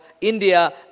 India